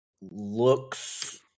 looks